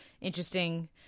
interesting